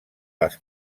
les